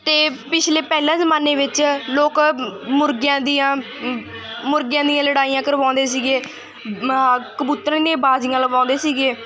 ਅਤੇ ਪਿਛਲੇ ਪਹਿਲਾਂ ਜ਼ਮਾਨੇ ਵਿੱਚ ਲੋਕ ਮੁਰਗਿਆਂ ਦੀਆਂ ਮੁਰਗਿਆਂ ਦੀਆਂ ਲੜਾਈਆਂ ਕਰਵਾਉਂਦੇ ਸੀਗੇ ਆਹਾ ਕਬੂਤਰਾਂ ਦੀਆਂ ਬਾਜੀਆਂ ਲਵਾਉਂਦੇ ਸੀਗੇ